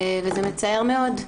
וזה מצער מאוד,